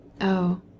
Oh